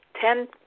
ten